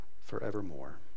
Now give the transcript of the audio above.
forevermore